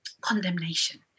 condemnation